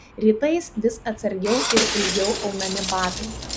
rytais vis atsargiau ir ilgiau aunami batai